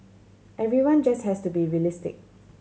everyone just has to be realistic